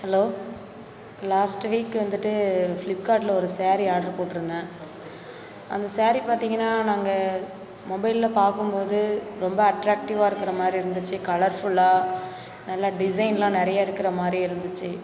hello last week வந்துட்டு ஃப்ளிப்கார்ட்டில் ஒரு ஸாரி ஆர்டர் போட்டிருந்தேன் அந்த ஸாரி பார்த்தீங்கன்னா நாங்கள் மொபைலில் பார்க்கும் போது ரொம்ப அட்ராக்டிவாக இருக்கிற மாதிரி இருந்துச்சு கலர்ஃபுல்லாக நல்ல டிசைன்லாம் நிறைய இருக்கிற மாதிரி இருந்துச்சு